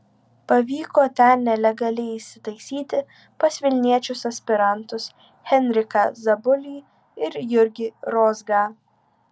pavyko ten nelegaliai įsitaisyti pas vilniečius aspirantus henriką zabulį ir jurgį rozgą